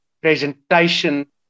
presentation